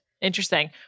Interesting